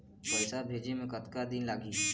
पैसा भेजे मे कतका दिन लगही?